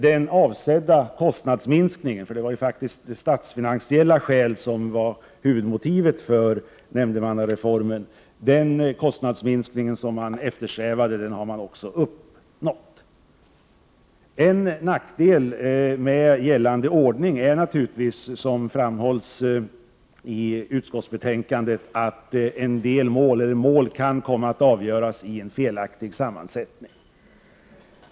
Den kostnadsminskning som eftersträvades — det var faktiskt statsfinansiella skäl som var huvudmotivet för nämndemannareformen — har man också uppnått. En nackdel med gällande ordning är naturligtvis som framhålls i utskottsbetänkandet att en del mål kan komma att avgöras i en felaktig sammansättning.